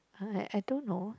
I don't know